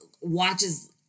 watches